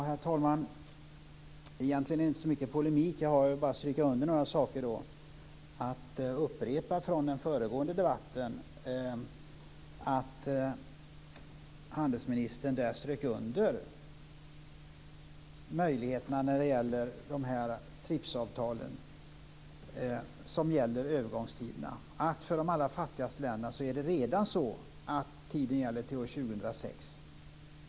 Herr talman! Egentligen är det inte så mycket polemik jag har. Jag vill bara stryka under några saker som jag vill upprepa från den föregående debatten. Där strök handelsministern under möjligheterna när det gäller de här TRIPS-avtalen. Det gäller övergångstiderna. För de allra fattigaste länderna är det redan så att tiden gäller till år 2006.